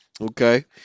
okay